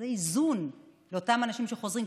מרכזי איזון לאותם אנשים שחוזרים,